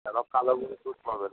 একদম কালো গরুর দুধ পাবেন